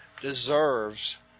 deserves